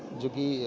جو کہ